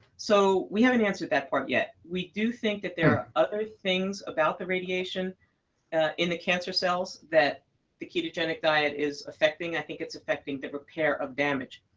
so we haven't answered that part yet. we do think that there are other things about the radiation in the cancer cells that the ketogenic diet is affecting. i think it's affecting the repair of damage.